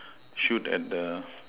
shoot at the